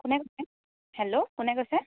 কোনে কৈছে হেল্ল' কোনে কৈছে